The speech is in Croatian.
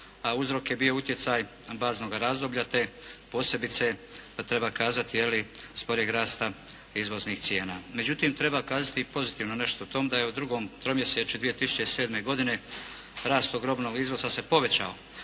a uzrok je bio utjecaj baznoga razdoblja te posebice, to treba kazati, je li, sporijeg rasta izvoznih cijena. Međutim, treba kazati i pozitivno nešto o tom, da je u drugom tromjesečju 2007. godine rast robnog izvoza se povećao.